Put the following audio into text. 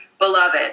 beloved